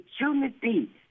opportunity